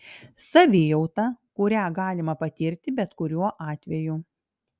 savijauta kurią galima patirti bet kuriuo atveju